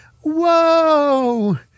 Whoa